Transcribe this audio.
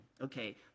Okay